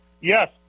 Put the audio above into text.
Yes